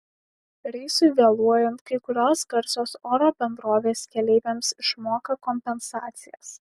reisui vėluojant kai kurios garsios oro bendrovės keleiviams išmoka kompensacijas